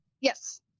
yes